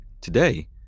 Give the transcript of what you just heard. Today